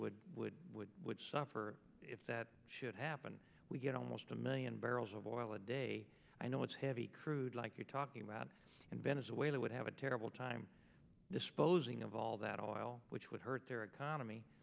would would would would suffer if that should happen we get almost a million barrels of oil a day i know it's heavy crude like you're talking about in venezuela would have a terrible time disposing of all that all while which would hurt their economy